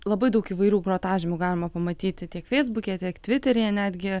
labai daug įvairių grotažymių galima pamatyti tiek feisbuke tiek tviteryje netgi